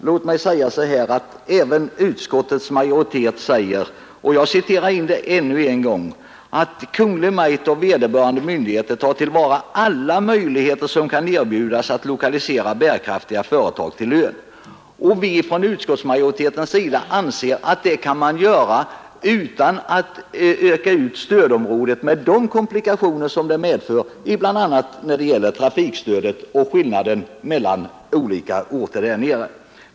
Herr talman! Jag citerar ännu en gång vad utskottsmajoriteten säger: ”Utskottet utgår från att Kungl. Maj:t och vederbörande myndigheter tar till vara alla möjligheter som kan erbjudas att lokalisera bärkraftiga företag till ön.” Vi från utskottsmajoritetens sida anser att man kan göra det utan att öka ut stödområdet med de komplikationer som det medför, bl.a. när det gäller transportstödet och skillnaden mellan olika orter där nere.